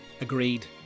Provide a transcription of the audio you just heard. agreed